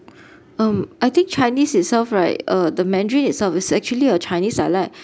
um I think chinese itself right uh the mandarin itself is actually a chinese dialect